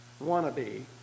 wannabe